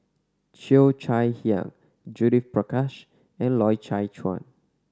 Cheo Chai Hiang Judith Prakash and Loy Chye Chuan